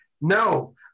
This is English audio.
No